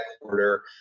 quarter